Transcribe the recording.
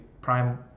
prime